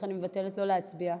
לא להצביע?